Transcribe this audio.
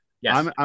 Yes